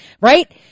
right